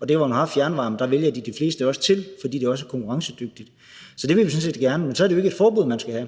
og der, hvor man har fjernvarme, vælger de fleste det også til, fordi det også er konkurrencedygtigt. Så det vil vi sådan set gerne, men så er det jo ikke et forbud, man skal have.